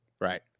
Right